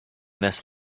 this